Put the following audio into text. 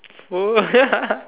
!whoa!